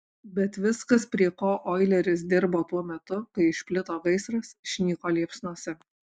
bet viskas prie ko oileris dirbo tuo metu kai išplito gaisras išnyko liepsnose